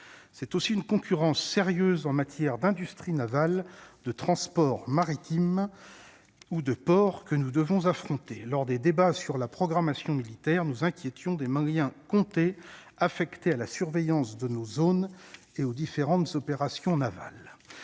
c'est aussi une concurrence sérieuse en matière d'industrie navale de transport maritime ou de porcs que nous devons affronter lors des débats sur la programmation militaire nous inquiétons des Maliens comtés affectés à la surveillance de nos zones et aux différentes opérations navales